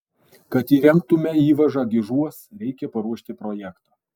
kad įrengtume įvažą gižuos reikia paruošti projektą